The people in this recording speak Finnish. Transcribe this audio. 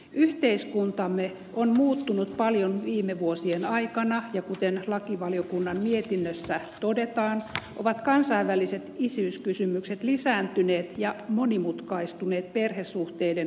yhteiskuntamme on muuttunut paljon viime vuosien aikana ja kuten lakivaliokunnan mietinnössä todetaan ovat kansainväliset isyyskysymykset lisääntyneet ja monimutkaistuneet perhesuhteiden kansainvälistymisen myötä